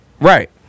Right